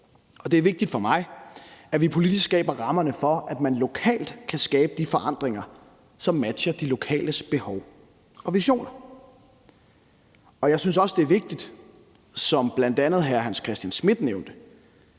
Det er vigtigt for mig, at vi politisk skaber rammerne for, at man lokalt kan skabe de forandringer, som matcher de lokales behov og visioner. Jeg synes også, det er vigtigt, at vi, som bl.a. hr. Hans Christian Schmidt sagde,